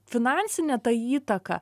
finansinė ta įtaka